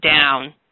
down